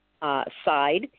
side